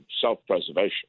self-preservation